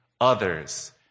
others